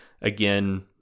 again